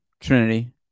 Trinity